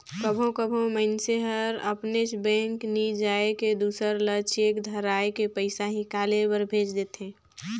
कभों कभों मइनसे हर अपनेच बेंक नी जाए के दूसर ल चेक धराए के पइसा हिंकाले बर भेज देथे